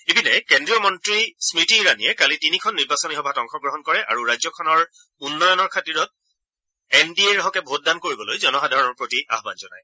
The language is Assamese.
ইপিনে কেন্দ্ৰীয় মন্নী স্মৃতি ইৰাণীয়ে কালি তিনিখন নিৰ্বাচনী সভাত অংশগ্ৰহণ কৰে আৰু ৰাজ্যখনৰ নিৰন্তৰ উন্নয়নৰ খাতিৰত এন ডি এৰ হকে ভোটদান কৰিবলৈ জনসাধাৰণৰ প্ৰতি আহ্বন জনায়